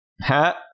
Hat